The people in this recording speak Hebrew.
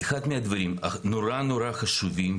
אחד מהדברים הנורא חשובים,